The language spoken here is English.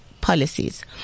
policies